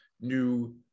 new